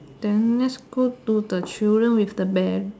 then let's go to the children with the bear